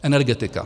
Energetika.